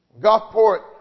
Gulfport